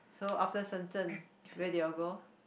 so after Shenzhen where did you all go